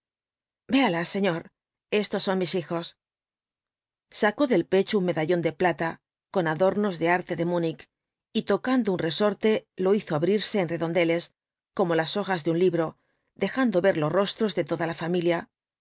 véala señor estos son mis hijos sacó del pecho un medallón de plata con adornos de arte de munich y tocando un resorte lo hizo abrirse en redondeles como las hojas de un libro dejando ver los rostros de toda la familia